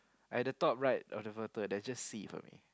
at the top right of the photo there's just sea for me